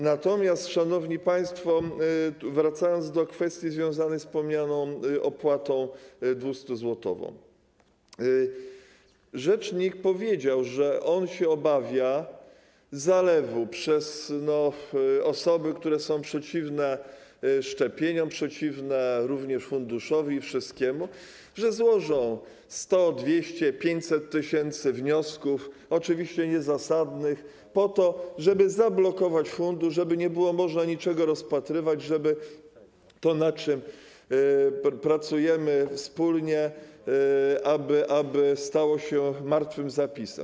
Natomiast, szanowni państwo, wracając do kwestii związanej ze wspomnianą opłatą 200 zł - rzecznik powiedział, że on się obawia, że będzie zalew wniosków, że osoby, które są przeciwne szczepieniom, przeciwne również funduszowi, wszystkiemu, złożą 100, 200, 500 tys. wniosków oczywiście niezasadnych, po to żeby zablokować fundusz, żeby nie było można niczego rozpatrywać, żeby to, nad czym pracujemy wspólnie, stało się martwym zapisem.